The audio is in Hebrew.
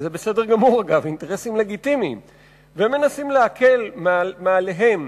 והם מנסים להקל מעליהם